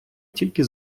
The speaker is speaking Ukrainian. тільки